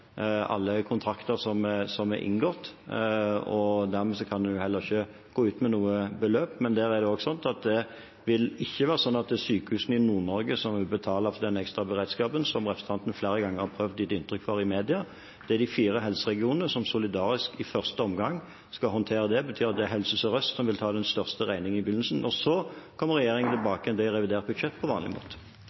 gå ut med noe beløp. Men det vil ikke være sånn at det er sykehusene i Nord-Norge som vil betale for den ekstraberedskapen, som representanten flere ganger har prøvd å gi inntrykk av i media, det er de fire helseregionene som solidarisk i første omgang skal håndtere det. Det betyr at det er Helse Sør-Øst som vil ta den største regningen i begynnelsen. Så kommer regjeringen tilbake til det i revidert budsjett på vanlig måte.